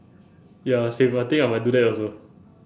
ya same I think I might do that also